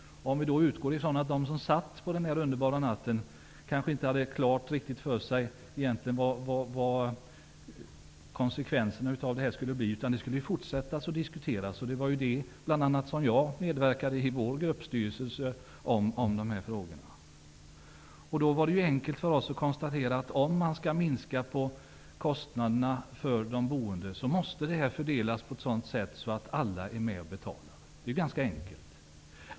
De som satt med under den här underbara natten kanske inte riktigt hade klart för sig vad konsekvenserna av den skulle bli. Man skulle fortsätta att diskutera frågorna, och i det medverkade bland andra jag, i vår gruppstyrelse. Då var det enkelt för oss att konstatera att om man skall minska kostnaderna för de boende så måste det fördelas på ett sådant sätt att alla är med och betalar. Det är ganska enkelt.